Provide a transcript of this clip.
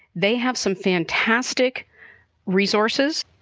they have some fantastic resources.